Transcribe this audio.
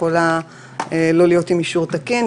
יכולה להיות עם אישור תקין,